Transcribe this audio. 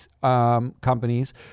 companies